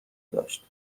داشت